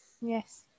Yes